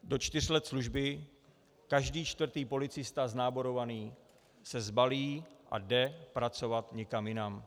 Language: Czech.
Do čtyř let služby každý čtvrtý policista náborovaný se sbalí a jde pracovat někam jinam.